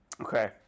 okay